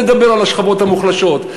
לדבר על השכבות המוחלשות,